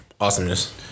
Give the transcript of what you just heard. Awesomeness